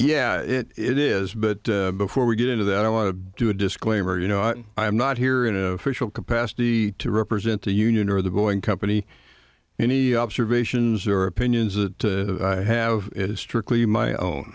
yeah it is but before we get into that i want to do a disclaimer you know i'm not here in official capacity to represent the union or the boeing company any observations or opinions that have is strictly my own